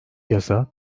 yasa